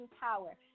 power